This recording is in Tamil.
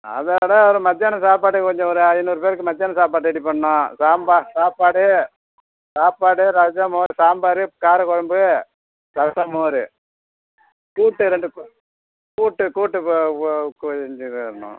அதோட ஒரு மத்தியானம் சாப்பாட்டுக்கு கொஞ்சம் ஒரு ஐந்நூறு பேருக்கு மத்தியானம் சாப்பாடு ரெடி பண்ணும் சாம்பார் சாப்பாடு சாப்பாடு ரசம் மோர் சாம்பார் காரக் குழம்பு ரசம் மோர் கூட்டு ரெண்டு கூ கூட்டு கூட்டு கொ செஞ்சித் தரணும்